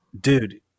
dude